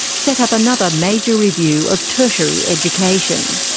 set up another major review of tertiary education.